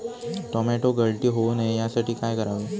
Tomato गळती होऊ नये यासाठी काय करावे?